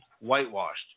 whitewashed